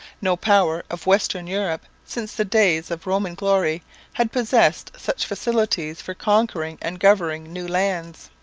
no power of western europe since the days of roman glory had possessed such facilities for conquering and governing new lands.